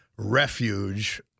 Refuge